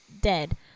dead